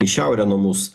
į šiaurę nuo mūsų